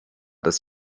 das